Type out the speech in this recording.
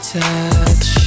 touch